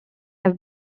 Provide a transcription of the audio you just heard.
have